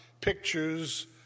pictures